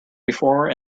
before